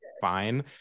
fine